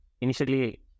initially